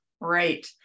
Right